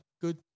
good